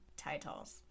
titles